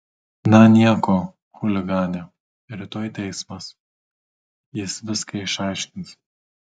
na nieko chuligane rytoj teismas jis viską išaiškins